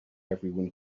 everyone